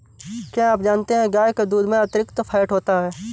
क्या आप जानते है गाय के दूध में अतिरिक्त फैट होता है